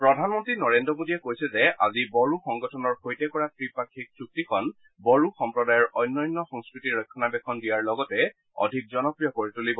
প্ৰধানমন্ত্ৰী নৰেদ্ৰ মোডীয়ে কৈছে যে আজি বড়ো সংগঠনৰ সৈতে কৰা ত্ৰিপাক্ষিয় চুক্তিখন বড়ো সম্প্ৰদায়ৰ অন্যন্য সংস্কৃতি ৰক্ষণাবেক্ষণ দিয়াৰ লগতে অধিক জনপ্ৰিয় কৰি তুলিব